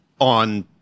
on